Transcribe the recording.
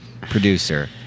Producer